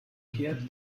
gerd